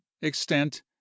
extent